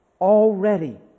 already